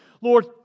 Lord